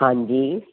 ਹਾਂਜੀ